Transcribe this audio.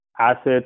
assets